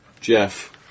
Jeff